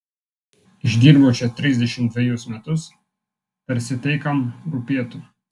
išdirbau čia trisdešimt dvejus metus tarsi tai kam rūpėtų